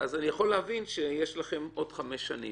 אז אני יכול להבין שיש לכם עוד חמש שנים.